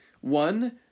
One